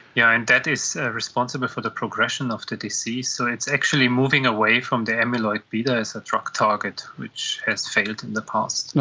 yeah and that is responsible for the progression of the disease, so it's actually moving away from the amyloid beta as a drug target which has failed in the past. now,